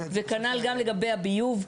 וכנ"ל גם לגבי הביוב,